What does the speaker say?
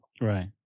Right